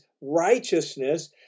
righteousness